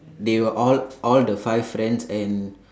they were all all the five friends and